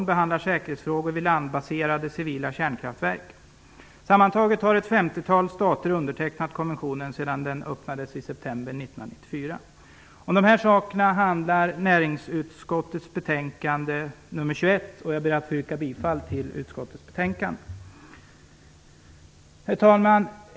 Den behandlar säkerhetsfrågor vid landbaserade civila kärnkraftverk. Sammantaget har ett femtiotal stater undertecknat konventionen sedan september 1994. Om dessa saker handlar näringsutskottets betänkande nr 21, och jag ber att få yrka bifall till hemställan i utskottets betänkande. Herr talman!